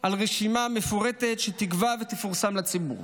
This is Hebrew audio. על רשימה מפורטת שתיקבע ותפורסם לציבור.